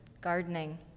gardening